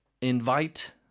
invite